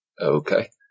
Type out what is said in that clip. Okay